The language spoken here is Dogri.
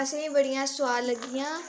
असेंई बड़ियां सोआद लग्गियां